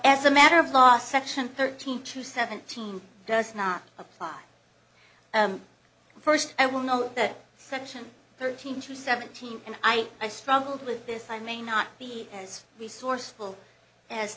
as a matter of law section thirteen to seventeen does not apply first i will note that section thirteen to seventeen and i i struggled with this i may not be as resourceful as